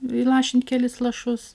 įlašint kelis lašus